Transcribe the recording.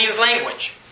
language